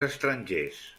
estrangers